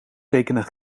tekenen